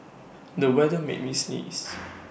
the weather made me sneeze